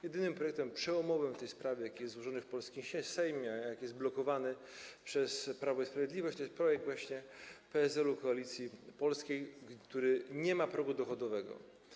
Jedynym projektem przełomowym w tej sprawie, jaki jest złożony w polskim Sejmie, a jaki jest blokowany przez Prawo i Sprawiedliwość, jest projekt właśnie PSL-u i Koalicji Polskiej, w przypadku którego nie ma progu dochodowego.